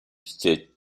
state